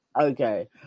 Okay